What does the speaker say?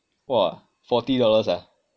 !wah! forty dollars sia